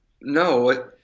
No